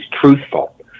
truthful